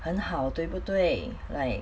很好对不对 like